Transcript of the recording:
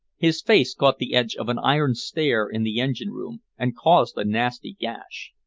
his face caught the edge of an iron stair in the engine-room, and caused a nasty gash.